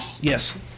Yes